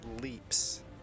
leaps